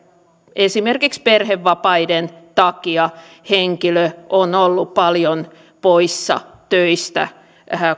esimerkiksi perhevapaiden takia henkilö on ollut paljon poissa töistä